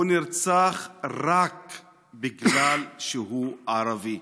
הוא נרצח רק בגלל שהוא ערבי.